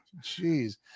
Jeez